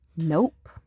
Nope